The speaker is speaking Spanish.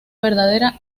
verdadera